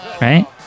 Right